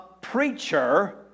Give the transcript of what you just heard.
preacher